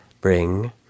Bring